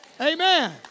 Amen